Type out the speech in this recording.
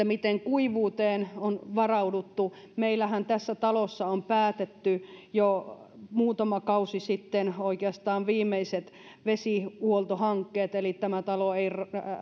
miten kuivuuteen on varauduttu meillähän tässä talossa on päätetty oikeastaan jo muutama kausi sitten viimeiset vesihuoltohankkeet eli tämä talo